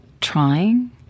trying